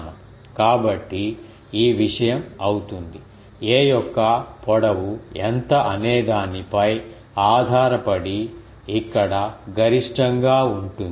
కాబట్టి ఈ విషయం అవుతుంది a యొక్క పొడవు ఎంత అనేదానిపై ఆధారపడి ఇక్కడ గరిష్టంగా ఉంటుంది